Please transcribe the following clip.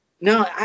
no